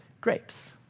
grapes